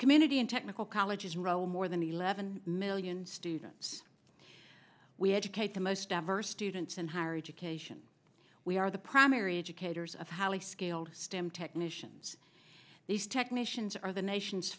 community and technical colleges enroll more than eleven million students we educate the most diverse students in higher education we are the primary educators of highly skilled stem technicians these technicians are the nation